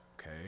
okay